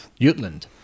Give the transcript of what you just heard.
Jutland